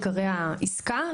עיקרי העסקה,